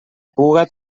puga